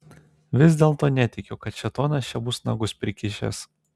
vis dėlto netikiu kad šėtonas čia bus nagus prikišęs